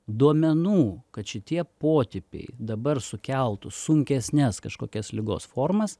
duomenų kad šitie potipiai dabar sukeltų sunkesnes kažkokias ligos formas